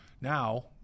Now